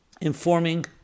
informing